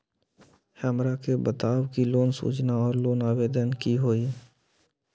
हमरा के बताव कि लोन सूचना और लोन आवेदन की होई?